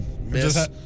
miss